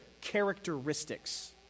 characteristics